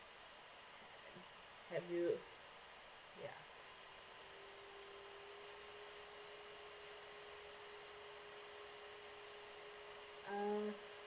have you ya uh